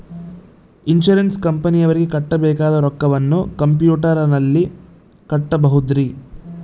Insurance ಕಂಪನಿಯವರಿಗೆ ಕಟ್ಟಬೇಕಾದ ರೊಕ್ಕವನ್ನು ಕಂಪ್ಯೂಟರನಲ್ಲಿ ಕಟ್ಟಬಹುದ್ರಿ?